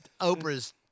Oprah's